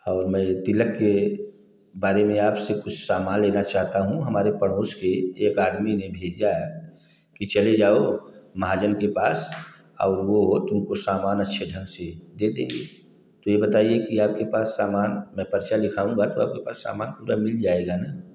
और मैं तिलक के बारे में आपसे कुछ सामान लेना चाहता हूँ हमारे पड़ोस के एक आदमी ने भेजा है कि चले जाओ महाजन के पास और वह तुमको सामान अच्छे ढंग से दे देंगे तो यह बताइए कि आपके पास सामान मैं पर्चा लिखाऊँगा तो आपके पास सामान पूरा मिल जाएगा ना